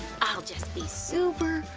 i'll just be super,